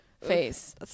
face